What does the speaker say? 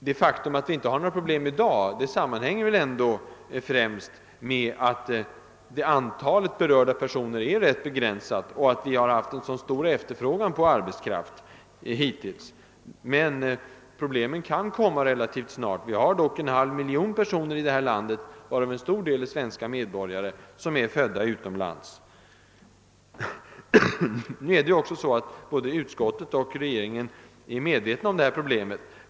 Det faktum att vi inte har några problem i dag sammanhänger främst med att antalet berörda personer är rätt begränsat och att vi har haft en så stor efterfrågan på arbetskraft hittills. Svårigheter kan uppstå i större skala relativt snart. Vi har dock omkring en halv miljon personer i det här landet av vilka en stor del är svenska medborgare — som är födda utomlands. Nu är både regeringen och utskottet medvetna om problemet.